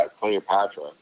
Cleopatra